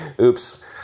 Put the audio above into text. oops